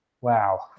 Wow